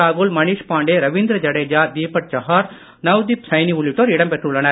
ராகுல் மணிஷ் பாண்டே ரவீந்திர ஜடேஜா தீபக் சஹார் நவ்தீப் சைனி உள்ளிட்டோர் இடம் பெற்றுள்ளனர்